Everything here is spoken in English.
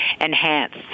enhanced